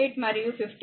888 మరియు 53